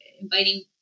inviting